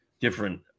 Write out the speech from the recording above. different